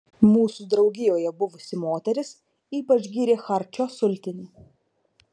mūsų draugijoje buvusi moteris ypač gyrė charčio sultinį